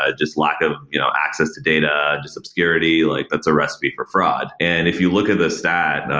ah just lack of you know access to data, just obscurity, like that's a recipe for fraud. and if you look at the stat,